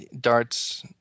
darts